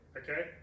okay